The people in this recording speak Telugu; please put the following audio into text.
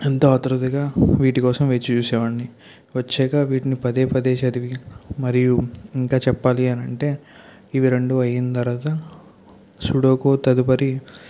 ఎంతో ఆత్రుతగా వీటి కోసం వేచి చూసేవాడ్ని వచ్చేక వీటిని పదేపదే చదివి మరియు ఇంకా చెప్పాలి అని అంటే ఇవి రెండు అయిన తరువాత సూడోకు తదుపరి